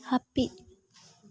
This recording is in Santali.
ᱦᱟᱹᱯᱤᱫ